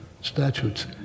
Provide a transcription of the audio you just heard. statutes